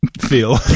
feel